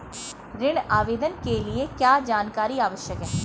ऋण आवेदन के लिए क्या जानकारी आवश्यक है?